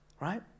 right